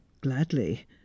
Gladly